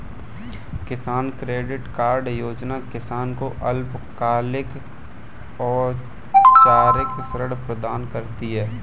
किसान credit card योजना किसान को अल्पकालिक औपचारिक ऋण प्रदान करता है